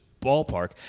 ballpark